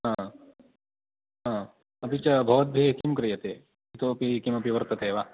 हा हा अपि च भवद्भिः किं क्रियते इतोऽपि किमपि वर्तते वा